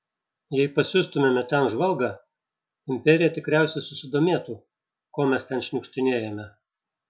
jei pasiųstumėme ten žvalgą imperija tikriausiai susidomėtų ko mes ten šniukštinėjame